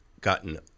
gotten